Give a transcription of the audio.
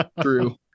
true